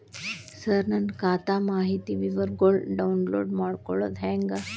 ಸರ ನನ್ನ ಖಾತಾ ಮಾಹಿತಿ ವಿವರಗೊಳ್ನ, ಡೌನ್ಲೋಡ್ ಮಾಡ್ಕೊಳೋದು ಹೆಂಗ?